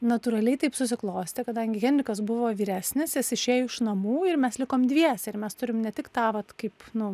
natūraliai taip susiklostė kadangi henrikas buvo vyresnis jis išėjo iš namų ir mes likom dviese ir mes turim ne tik tą vat kaip nu